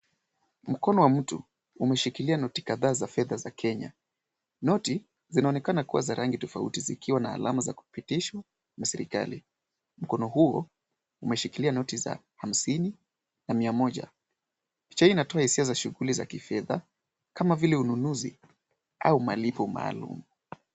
Mkono wa mtu umeshikilia noti kadhaa za fedha za Kenya. Noti zinaonekana kuwa za rangi tofauti zikiwa na alama za kupitishwa na serikali. Mkono huo umeshikilia noti za hamsini na mia moja. Picha hii inatoa hisia za shughuli za kifedha kama vile ununuzi au malipo maalum.